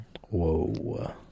Whoa